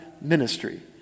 ministry